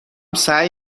سعی